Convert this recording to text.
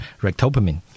rectopamine